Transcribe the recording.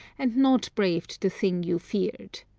and not braved the thing you feared.